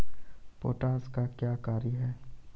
Potash का क्या कार्य हैं?